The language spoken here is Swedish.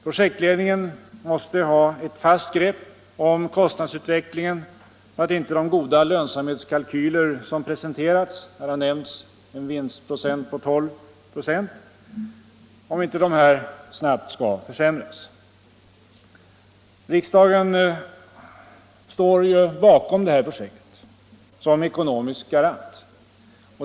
Projektledningen måste ha ett fast grepp om kostnadsutvecklingen, så att inte de fina lönsamhetskalkyler som presenterats — här har nämnts 12 96 i vinst — snabbt försämras. Riksdagen står ju bakom detta projekt som ekonomisk garant.